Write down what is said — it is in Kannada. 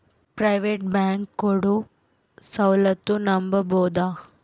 ಪ್ರೈವೇಟ್ ಬ್ಯಾಂಕ್ ಕೊಡೊ ಸೌಲತ್ತು ನಂಬಬೋದ?